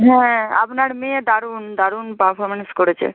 হ্যাঁ আপনার মেয়ে দারুন দারুন পারফমেন্স করেছে